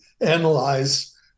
analyze